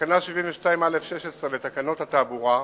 תקנה 72(א)(16) לתקנות התעבורה,